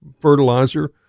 fertilizer